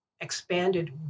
expanded